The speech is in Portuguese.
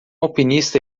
alpinista